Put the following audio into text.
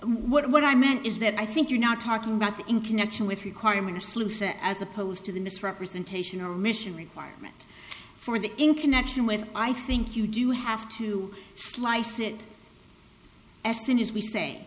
what i meant is that i think you're not talking about the in connection with requirement or sluice as opposed to the misrepresentation or mission requirement for the in connection with i think you do have to slice it as soon as we